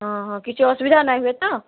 ହଁ ହଁ କିଛି ଅସୁବିଧା ନାଇଁ ହୁଏ ତ